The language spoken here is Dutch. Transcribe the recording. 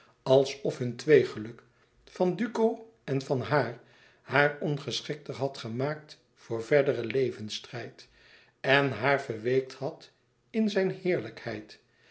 alsof hun twee geluk van duco en van haar haar ongeschikter had gemaakt voor verderen levensstrijd en haar verweekt had in zijn heerlijkheid